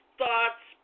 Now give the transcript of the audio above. thoughts